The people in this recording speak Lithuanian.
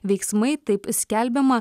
veiksmai taip skelbiama